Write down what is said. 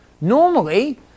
normally